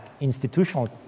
institutional